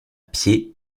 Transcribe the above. pied